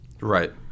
Right